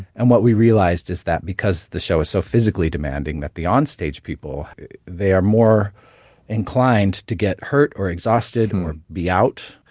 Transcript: and what we realized is that because the show is so physically demanding, that the onstage people are more inclined to get hurt or exhausted and or be out.